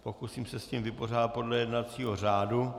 Pokusím se s tím vypořádat podle jednacího řádu.